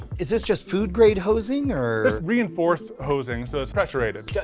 is this just food grade hosing, or? it's reinforced hosing so it's pressure rated. yeah